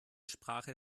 sprache